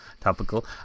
Topical